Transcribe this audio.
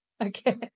Okay